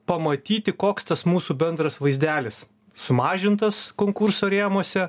pamatyti koks tas mūsų bendras vaizdelis sumažintas konkurso rėmuose